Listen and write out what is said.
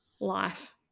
life